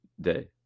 day